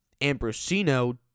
Ambrosino